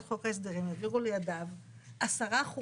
חוק ההסדרים העבירו לידיו עשרה חוקים.